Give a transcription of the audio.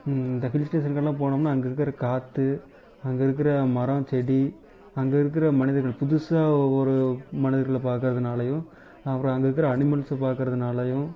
இந்த ஹில்ஸ் ஸ்டேஷனுக்கெல்லாம் போனோம்னால் அங்கே இருக்கிற காற்று அங்கே இருக்கிற மரம் செடி அங்கே இருக்குற மனிதர்கள் புதுசாக ஒவ்வொரு மனிதர்களை பார்க்கறதுனாலையும் அப்றம் அங்கே இருக்கிற அனிமல்ஸை பார்க்கறதுனாலையும்